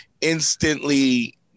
instantly